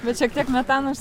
bet šiek tiek metano